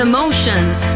Emotions